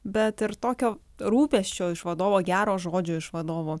bet ir tokio rūpesčio iš vadovo gero žodžio iš vadovo